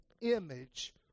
image